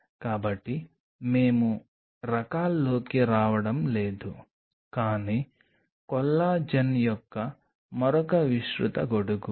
కాబట్టి మేము రకాల్లోకి రావడం లేదు కానీ కొల్లాజెన్ యొక్క మరొక విస్తృత గొడుగు